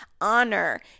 honor